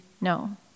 No